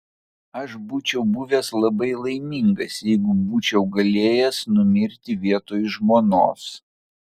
aš būčiau buvęs labai laimingas jeigu būčiau galėjęs numirti vietoj žmonos